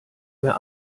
mehr